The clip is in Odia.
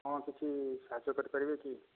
ହଁ କିଛି ସାହାଯ୍ୟ କରିପାରିବେ କି